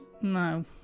no